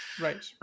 right